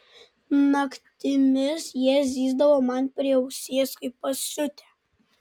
naktimis jie zyzdavo man prie ausies kaip pasiutę